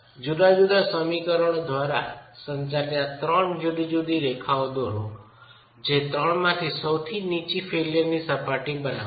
જુદા જુદા સમીકરણો દ્વારા સંચાલિત આ ત્રણ જુદી જુદી રેખાઓ દોરો જે ત્રણમાંથી સૌથી નીચી ફેઇલ્યરની સપાટી બનાવશે